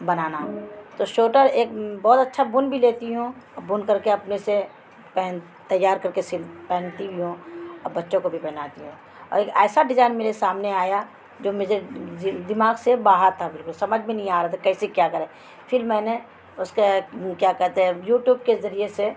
بنانا تو شوٹر ایک بہت اچھا بن بھی لیتی ہوں اور بن کر کے اپنے سے پہن تیار کر کے سل پہنتی بھی ہوں اور بچوں کو بھی پہناتی ہوں اور ایک ایسا ڈیزائن میرے سامنے آیا جو مجھے دماغ سے باہر تھا بالکل سمجھ بھی نہیں آ رہا تھا کیسے کیا کرے پھر میں نے اس کے کیا کہتے ہیں یوٹوب کے ذریعے سے